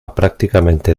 prácticamente